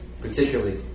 particularly